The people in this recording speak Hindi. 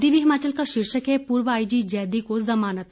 दिव्य हिमाचल का शीर्षक है पूर्व आईजी जैदी को जमानत